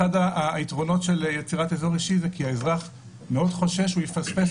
אחד היתרונות של יצירת אזור אישי זה כי האזרח מאוד חושש שהוא יפספס.